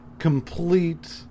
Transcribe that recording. complete